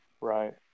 right